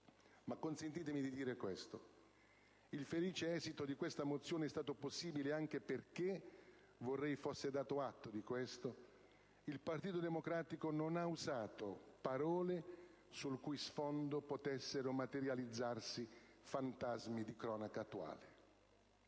Ma consentitemi di dire questo: il felice esito di questa mozione è stato possibile anche perché - vorrei fosse dato atto di questo - il Partito Democratico non ha usato parole sul cui sfondo potessero materializzarsi fantasmi di cronaca attuale.